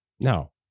Now